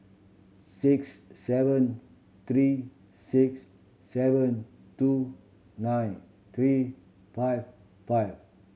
six seven three six seven two nine three five five